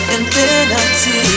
Infinity